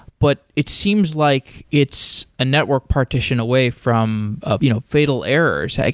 but it seems like it's a network partition away from ah you know fatal errors. like